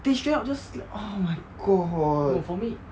they straight up just like oh my god